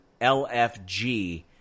LFG